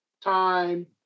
time